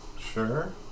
Sure